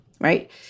Right